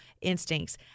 instincts